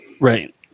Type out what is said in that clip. Right